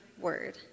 word